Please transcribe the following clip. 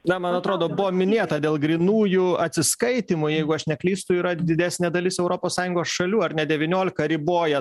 na man atrodo buvo minėta dėl grynųjų atsiskaitymų jeigu aš neklystu yra didesnė dalis europos sąjungos šalių ar ne devyniolika riboja